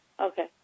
Okay